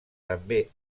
també